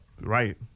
Right